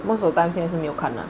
most of the times 现在是没有 lah